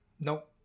nope